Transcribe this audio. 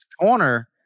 corner